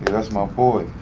that's my boy.